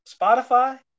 Spotify